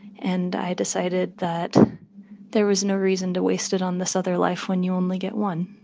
and i decided that there was no reason to waste it on this other life when you only get one.